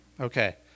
Okay